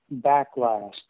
backlash